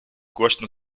głośno